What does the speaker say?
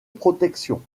protection